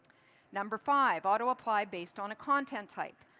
number five auto apply based on a content type.